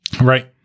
Right